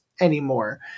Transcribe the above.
anymore